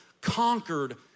Conquered